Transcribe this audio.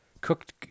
cooked